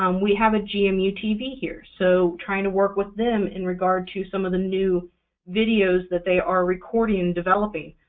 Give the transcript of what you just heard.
um we have a gmu tv here, so trying to work with them in regard to some of the new videos that they are recording and developing,